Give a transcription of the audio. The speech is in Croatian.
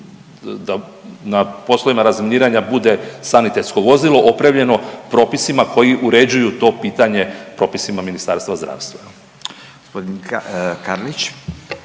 da na poslovima razminiranja bude sanitetsko vozilo opremljeno propisima koji uređuju to pitanje propisima Ministarstva zdravstva.